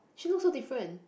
she look so different